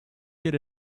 did